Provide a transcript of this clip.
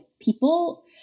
people